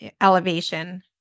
elevation